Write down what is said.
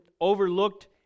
Overlooked